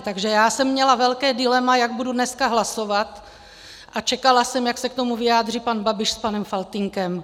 Takže já jsem měla velké dilema, jak budu dneska hlasovat, a čekala jsem, jak se k tomu vyjádří pan Babiš s panem Faltýnkem.